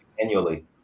annually